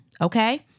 Okay